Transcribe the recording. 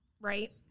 right